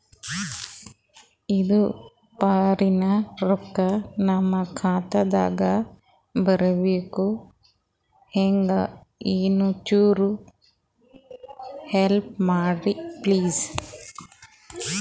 ಇದು ಫಾರಿನ ರೊಕ್ಕ ನಮ್ಮ ಖಾತಾ ದಾಗ ಬರಬೆಕ್ರ, ಹೆಂಗ ಏನು ಚುರು ಹೆಲ್ಪ ಮಾಡ್ರಿ ಪ್ಲಿಸ?